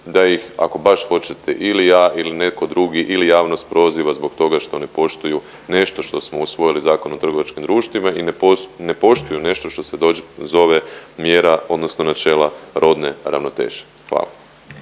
da ih ako baš hoćete ili ja ili netko drugi ili javnost proziva zbog toga što ne poštuju nešto što smo usvojili Zakon o trgovačkim društvima i ne poštuju nešto što se zove mjera, odnosno načela rodne ravnoteže. Hvala.